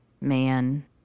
man